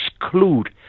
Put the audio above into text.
exclude